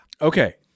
Okay